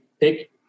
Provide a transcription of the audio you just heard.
pick